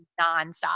nonstop